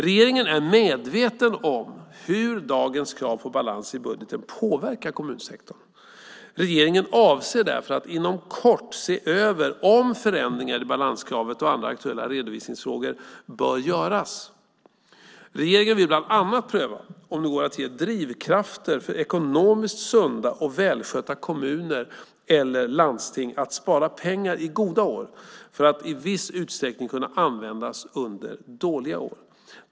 Regeringen är medveten om hur dagens krav på balans i budgeten påverkar kommunsektorn. Regeringen avser därför att inom kort se över om förändringar i balanskravet och andra aktuella redovisningsfrågor bör göras. Regeringen vill bland annat pröva om det går att ge drivkrafter för ekonomiskt sunda och välskötta kommuner eller landsting att spara pengar i goda år för att i viss utsträckning kunna användas under dåliga år.